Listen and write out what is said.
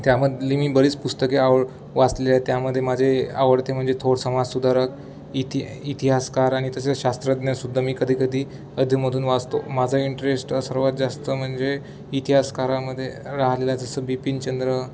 त्यामधली मी बरीच पुस्तके आव वाचलीयेत त्यामध्ये माझे आवडते म्हणजे थोड समाज सुधारक इथि इतिहासकार आणि तसेच शास्त्रज्ञसुद्धा मी कधीकधी अधमधून वाचतो माझा इंटरेस्ट सर्वात जास्त म्हणजे इतिहासकारामध्ये राहलाय जसं बिपिनचंद्र